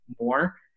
more